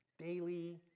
daily